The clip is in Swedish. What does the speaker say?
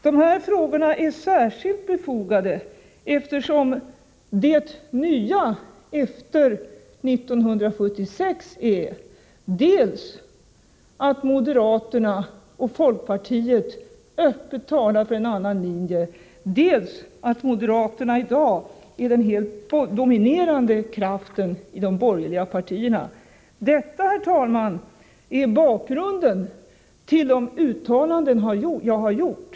De här frågorna är särskilt befogade eftersom det nya efter 1976 är dels att moderaterna och folkpartiet öppet talar för en annan linje, dels att moderaterna i dag är den helt dominerande kraften i de borgerliga partierna. Detta, herr talman, är bakgrunden till de uttalanden jag har gjort.